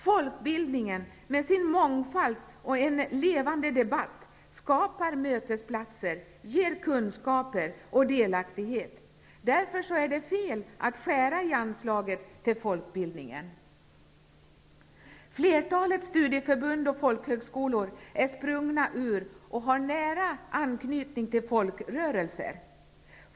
Folkbildningen skapar mötesplatser, ger kunskaper och delaktighet genom sin mångfald och en levande debatt. Därför är det fel att skära i anslaget till folkbildningen. Flertalet studieförbund och folkhögskolor är sprungna ur och har nära anknytning till folkrörelser.